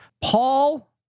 Paul